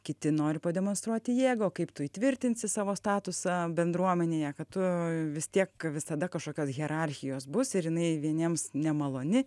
kiti nori pademonstruoti jėgą o kaip tu įtvirtinsi savo statusą bendruomenėje kad tu vis tiek visada kažkokios hierarchijos bus ir jinai vieniems nemaloni